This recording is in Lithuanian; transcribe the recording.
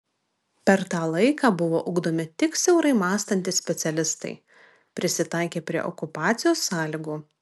per tą laiką buvo ugdomi tik siaurai mąstantys specialistai prisitaikę prie okupacijos sąlygų